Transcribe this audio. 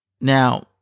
Now